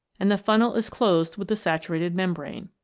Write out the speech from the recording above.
and the funnel is closed with the saturated membrane.